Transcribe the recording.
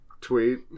tweet